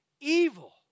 evil